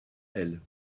elle